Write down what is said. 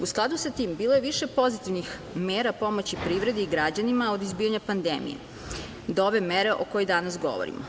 U skladu sa tim bilo je više pozitivnih mera pomoći privredi i građanima od izbijanja pandemije, do ove mere o kojoj danas govorimo.